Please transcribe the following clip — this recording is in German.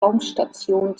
raumstation